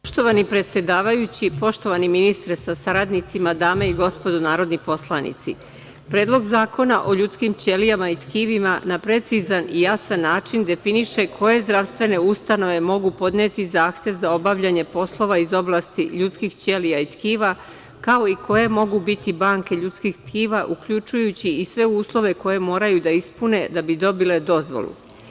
Poštovani predsedavajući, poštovani ministre sa saradnicima, dame i gospodo narodni poslanici, Predlog zakona o ljudskim ćelijama i tkivima na precizan i jasan način definiše koje zdravstvene ustanove mogu podneti zahtev za obavljanje poslova iz oblasti ljudskih ćelija i tkiva, kao i koje mogu biti banke ljudskih tkiva uključujući i sve uslove koje moraju da ispune da bi dobile dozvolu.